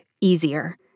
easier